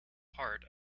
part